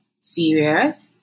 serious